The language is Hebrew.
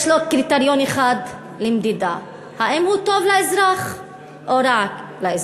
יש קריטריון אחד למדידה שלו: האם הוא טוב לאזרח או רע לאזרח.